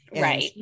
right